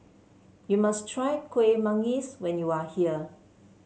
you must try Kueh Manggis when you are here